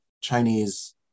chinese